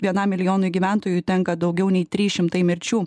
vienam milijonui gyventojų tenka daugiau nei trys šimtai mirčių